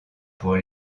pour